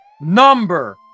number